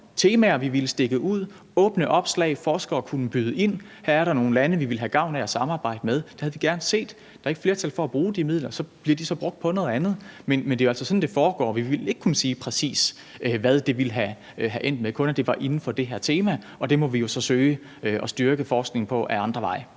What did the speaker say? temaer, vi ville stikke ud, åbne opslag, forskere kunne byde ind, her er der nogle lande, vi ville have gavn af at samarbejde med. Det havde vi gerne set. Men der er ikke flertal for at bruge de midler, og så bliver de brugt på noget andet. Men det er jo altså sådan, det foregår, og vi ville ikke kunne sige præcis, hvad det ville have endt med, kun, at det var inden for det her tema. Og det må vi jo så søge at styrke forskningen på ad andre veje.